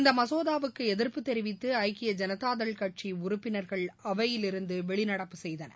இந்த மசோதாவுக்கு எதிர்ப்பு தெரிவித்து ஐக்கிய ஜனதாதள் கட்சி உறுப்பினர்கள் அவையிலிருந்து வெளிநடப்பு செய்தன